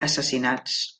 assassinats